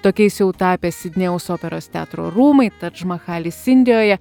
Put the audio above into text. tokiais jau tapę sidnėjaus operos teatro rūmai tadž mahalis indijoje